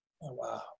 Wow